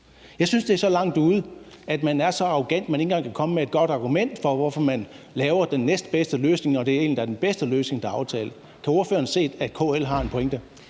Jeg synes, det er så langt ude, at man er så arrogant, at man ikke engang kan komme med et godt argument for, hvorfor man laver den næstbedste løsning, når det egentlig er den bedste løsning, der er aftalt. Kan ordføreren se, at KL har en pointe?